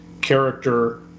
character